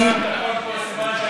בכלל טוב.